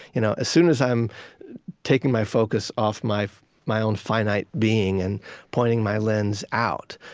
you know as soon as i am taking my focus off my my own finite being and pointing my lens out,